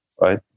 right